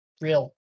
real